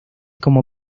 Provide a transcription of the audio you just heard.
como